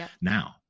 Now